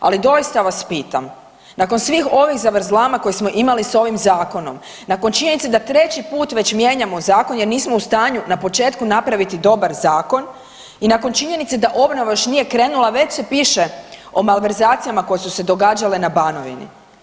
Ali doista vas pitam, nakon svih ovih zavrzlama koje smo imali s ovim zakonom, nakon činjenice da treći put već mijenjamo zakon jer nismo u stanju na početku napraviti dobar zakon i nakon činjenice da obnova još nije krenula već se piše o malverzacijama koje su se događale na Banovini.